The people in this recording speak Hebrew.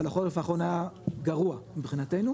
אבל החורף האחרון היה גרוע מבחינתנו,